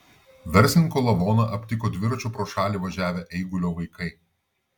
verslininko lavoną aptiko dviračiu pro šalį važiavę eigulio vaikai